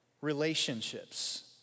relationships